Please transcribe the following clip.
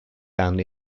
found